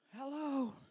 Hello